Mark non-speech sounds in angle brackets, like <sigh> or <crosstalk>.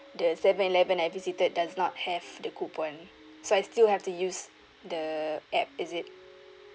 the seven eleven I visited does not have the coupon <breath> so I still have to use the app is it